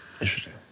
Interesting